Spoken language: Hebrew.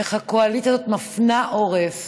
איך הקואליציה הזאת מפנה עורף